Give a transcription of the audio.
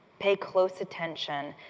pay close attention,